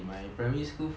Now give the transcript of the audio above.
my primary school